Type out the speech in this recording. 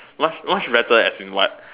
much much better as in what